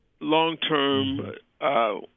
long-term